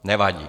Nevadí.